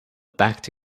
backed